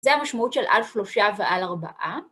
‫זה המשמעות של על שלושה ועל ארבעה.